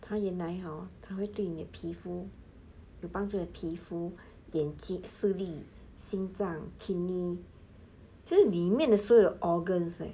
他原来 hor 他会会对你皮肤帮助你的眼睛四粒心脏 kidney 所以里面的所有 organs leh